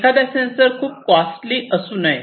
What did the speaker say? एखादा सेन्सर खूप कॉस्टली असू नये